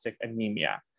anemia